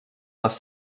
les